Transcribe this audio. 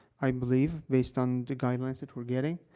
i believe, based on the guidelines that we're getting.